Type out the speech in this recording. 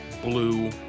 blue